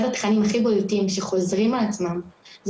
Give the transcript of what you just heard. אחד התכנים הכי בולטים שחוזרים על עצמם זאת